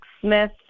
Smith